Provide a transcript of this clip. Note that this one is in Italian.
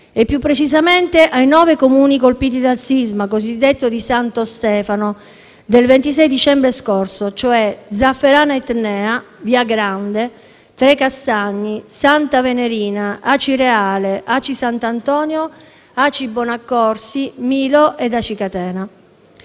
e più precisamente nei nove Comuni colpiti dal sisma cosiddetto di Santo Stefano, del 26 dicembre scorso, cioè Zafferana Etnea, Viagrande, Trecastagni, Santa Venerina, Acireale, Aci Sant'Antonio, Aci Bonaccorsi, Milo e Aci Catena.